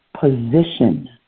position